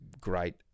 great